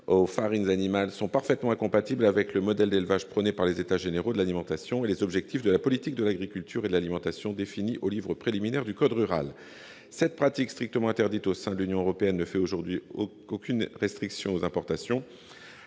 aux farines animales dans des, sont parfaitement incompatibles avec le modèle d'élevage prôné par les États généraux de l'alimentation et les objectifs de la politique de l'agriculture et de l'alimentation définie au livre préliminaire du code rural et de la pêche maritime. Cette pratique, strictement interdite au sein de l'Union européenne, ne fait aujourd'hui l'objet d'aucune restriction pour les importations